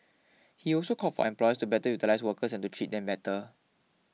he also called for employers to better utilise workers and to treat them better